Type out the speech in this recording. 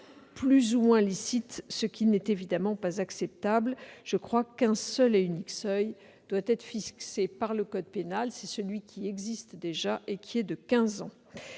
plus ou moins licite, ce qui n'est évidemment pas acceptable. À mon sens, un seul et unique seuil doit être fixé par le code pénal : c'est celui qui existe déjà, c'est-à-dire quinze ans.